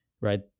right